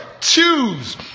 choose